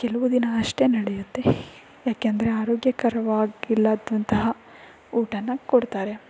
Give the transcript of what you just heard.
ಕೆಲವು ದಿನ ಅಷ್ಟೇ ನಡೆಯುತ್ತೆ ಏಕೆಂದರೆ ಆರೋಗ್ಯಕರವಾಗಿಲ್ಲದಂತಹ ಊಟನ ಕೊಡ್ತಾರೆ